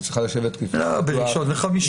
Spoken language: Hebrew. היא צריכה לשבת בזמן --- לא, בראשון וחמישי.